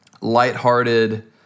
lighthearted